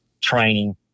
training